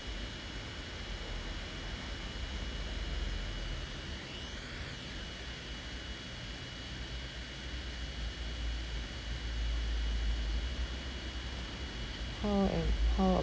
how orh how